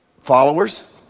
followers